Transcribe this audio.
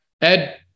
Ed